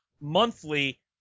monthly